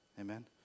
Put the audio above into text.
Amen